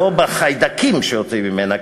לא בחיידקים שיוצאים ממנה,